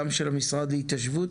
גם של המשרד להתיישבות